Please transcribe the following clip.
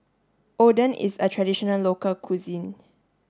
Oden is a traditional local cuisine